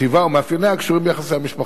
טיבה ומאפייניה קשורים ביחסי המשפחה.